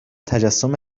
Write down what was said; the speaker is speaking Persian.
تجسم